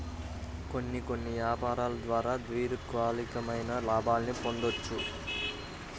కొన్ని కొన్ని యాపారాల ద్వారా దీర్ఘకాలికమైన లాభాల్ని పొందొచ్చు